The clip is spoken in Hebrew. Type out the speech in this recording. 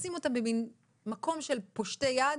לשים אותם במן מקום של פושטי יד.